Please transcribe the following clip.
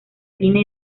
cine